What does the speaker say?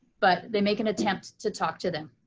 but they make an attempt to talk to them.